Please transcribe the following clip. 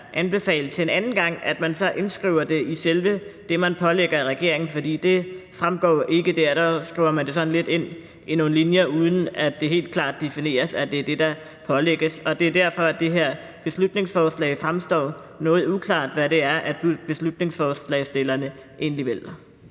anbefale til en anden gang, at man så indskriver det i selve det, som man pålægger regeringen, for det fremgår jo ikke der. Der skriver man det sådan lidt ind i nogle linjer, uden at det helt klart defineres, at det er det, der pålægges. Det er derfor, det her i beslutningsforslaget fremstår noget uklart, hvad det egentlig er, beslutningsforslagsstillerne egentlig vil.